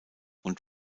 und